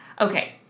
okay